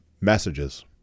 messages